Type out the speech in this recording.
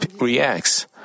reacts